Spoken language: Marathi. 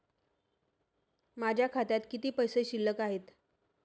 माझ्या खात्यात किती पैसे शिल्लक आहेत?